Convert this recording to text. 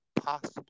possible